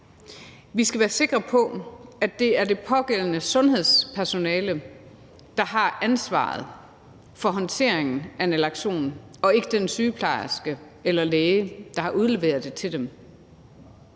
Vi skal være sikre på, at det er det pågældende sundhedspersonale, der har ansvaret for håndteringen af naloxonen, og ikke den sygeplejerske eller læge, der har udleveret det til dem.